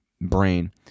brain